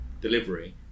delivery